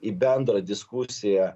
į bendrą diskusiją